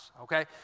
okay